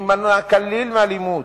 שיש להימנע כליל מאלימות,